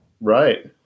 Right